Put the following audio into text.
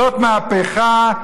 זאת מהפכה.